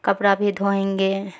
کپڑا بھی دھوئیں گے